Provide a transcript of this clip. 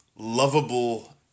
lovable